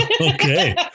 Okay